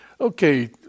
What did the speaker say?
Okay